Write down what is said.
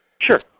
Sure